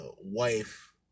wife